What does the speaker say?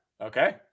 Okay